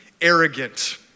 arrogant